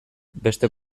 beste